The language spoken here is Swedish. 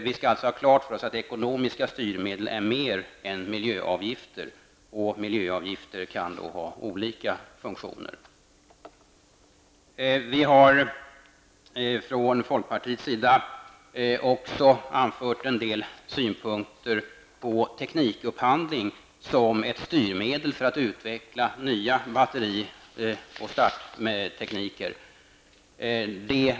Vi skall alltså ha klart för oss att de ekonomiska styrmedlen är mer än miljöavgifter, och miljöavgifter kan ha olika funktioner. Vi har från folkpartiet liberalernas sida också anfört en del synpunkter på teknikupphandling som ett styrmedel för att utveckla nya batteri och starttekniker.